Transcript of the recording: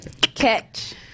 catch